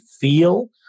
feel